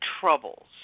troubles